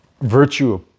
virtue